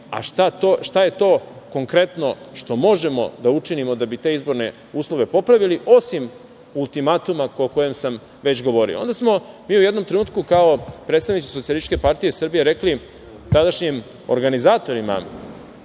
šta je to konkretno što možemo da učinimo da bi te izborne uslove popravili, osim ultimatuma o kojem sam već govorio. Onda smo mi u jednom trenutku, kao predstavnici SPS, rekli tadašnjim organizatorima